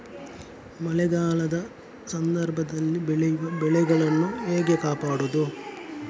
ಮಳೆಗಾಲದ ಸಂದರ್ಭದಲ್ಲಿ ಬೆಳೆಯುವ ಬೆಳೆಗಳನ್ನು ಹೇಗೆ ಕಾಪಾಡೋದು?